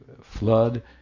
flood